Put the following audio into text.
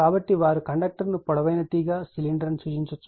కాబట్టి వారు కండక్టర్ను పొడవైన తీగ సిలిండర్ అని సూచించవచ్చు